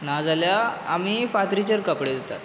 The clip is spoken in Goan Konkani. नाजाल्यार आमी फातरीचेर कपडे धुंतात